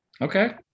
Okay